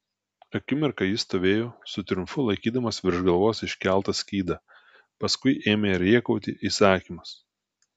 akimirką jis stovėjo su triumfu laikydamas virš galvos iškeltą skydą paskui ėmė rėkauti įsakymus